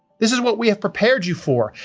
this is what we have prepared you for.